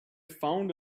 found